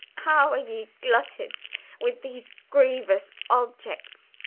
how are ye glutted with these grievous objects,